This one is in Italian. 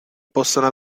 possono